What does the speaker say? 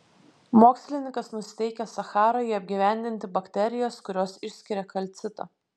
mokslininkas nusiteikęs sacharoje apgyvendinti bakterijas kurios išskiria kalcitą